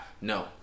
no